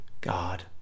God